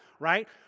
right